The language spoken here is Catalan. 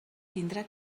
tindrà